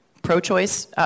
pro-choice